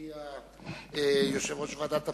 אדוני יושב-ראש ועדת הפנים,